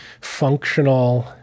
functional